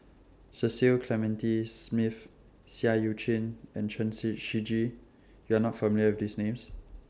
Cecil Clementi Smith Seah EU Chin and Chen Say Shiji YOU Are not familiar with These Names